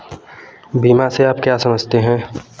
बीमा से आप क्या समझते हैं?